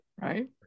Right